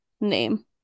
name